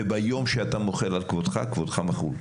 וביום שאתה מוחל על כבודך, כבודך מחול.